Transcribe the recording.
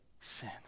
sin